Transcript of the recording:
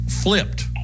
flipped